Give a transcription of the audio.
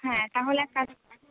হ্যাঁ তাহলে এক কাজ